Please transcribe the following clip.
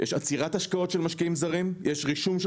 יש עצירת השקעות של משקיעים זרים; יש רישום של